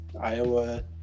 Iowa